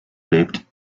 lived